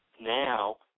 now